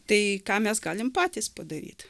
tai ką mes galim patys padaryt